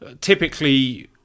typically